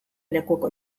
lekuko